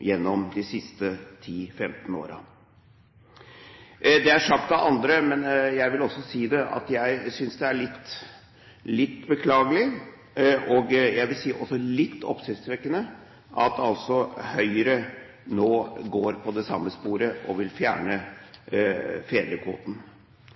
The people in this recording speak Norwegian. gjennom de siste 10–15 årene. Det er sagt av andre, men jeg vil også si at jeg synes det er litt beklagelig og litt oppsiktsvekkende at Høyre nå går på det samme sporet, og vil fjerne